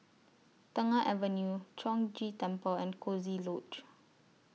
Tengah Avenue Chong Ghee Temple and Coziee Lodge